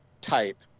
type